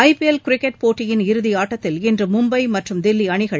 IPL cricket போட்டியின் இறுதி ஆட்டத்தில் இன்று மும்பை மற்றும் தில்லி அணிகள்